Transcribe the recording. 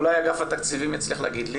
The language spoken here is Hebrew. אולי אגף התקציבים יצליח להגיד לי?